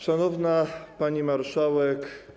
Szanowna Pani Marszałek!